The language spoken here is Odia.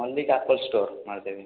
ମଲ୍ଲିକ୍ ଆପଲ୍ ଷ୍ଟୋର ମାରିଦେବେ